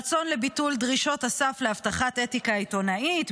רצון לביטול דרישות הסף להבטחת אתיקה עיתונאית,